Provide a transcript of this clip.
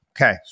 Okay